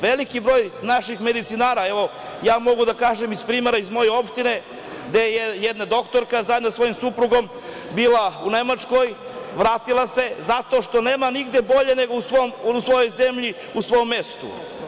Veliki broj naših medicinara, evo, mogu da kažem iz primera iz moje opštine da je jedna doktorka zajedno sa svojim suprugom bila u Nemačkoj, vratila se zato što nema nigde bolje nego u svojoj zemlji, u svom mestu.